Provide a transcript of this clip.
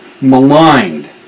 maligned